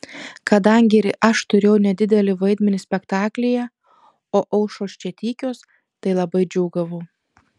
kadangi ir aš turėjau nedidelį vaidmenį spektaklyje o aušros čia tykios tai labai džiūgavau